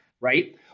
right